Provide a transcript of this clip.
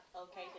okay